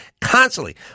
constantly